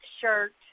shirt